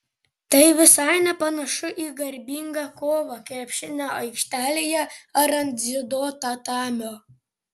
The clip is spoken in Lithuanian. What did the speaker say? tai visai nepanašu į garbingą kovą krepšinio aikštėje ar ant dziudo tatamio